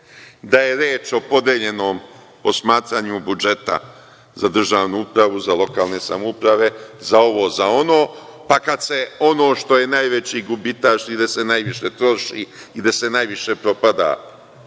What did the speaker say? da je reč o podeljenom posmatranju budžeta za državnu upravu, za lokalne samouprave, za ovo, za ono, pa kad se ono što je najveći gubitaš i gde se najviše troši i gde se najviše propada